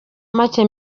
make